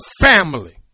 family